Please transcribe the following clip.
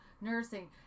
nursing